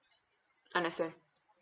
understand